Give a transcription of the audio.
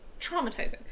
traumatizing